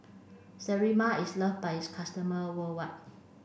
Sterimar is loved by its customers worldwide